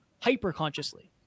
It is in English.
hyper-consciously